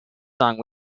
song